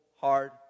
hard